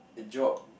job